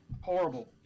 horrible